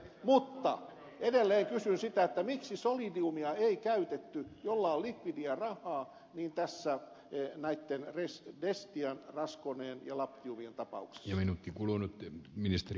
mutta edelleen kysyn sitä miksi solidiumia ei käytetty jolla on likvidiä rahaa tässä näitten destian raskoneen ja labtiumin tapauksissa